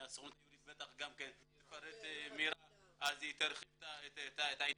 מהסוכנות היהודית, שגם תפרט בעניין הזה.